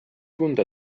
tunda